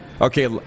Okay